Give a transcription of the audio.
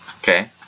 Okay